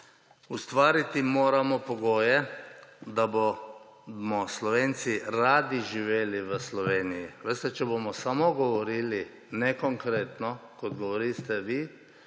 ustvariti moramo pogoje, da bomo Slovenci radi živeli v Sloveniji. Veste, če bomo samo govorili, ne konkretno, kot govorite vi,